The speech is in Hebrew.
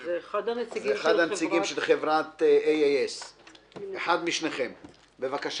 אחד הנציגים של חברת AAS. אני מחברת AAS